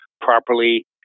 properly